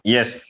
Yes